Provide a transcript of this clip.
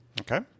okay